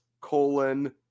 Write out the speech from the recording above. colon